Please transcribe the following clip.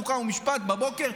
חוק ומשפט בבוקר,